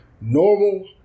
normal